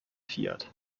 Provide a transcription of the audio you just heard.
fiat